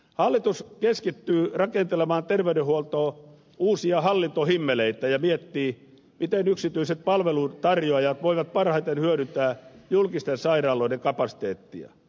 hallitus keskittyy rakentelemaan terveydenhuoltoon uusia hallintohimmeleitä ja miettii miten yksityiset palveluntarjoajat voivat parhaiten hyödyntää julkisten sairaaloiden kapasiteettia